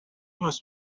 was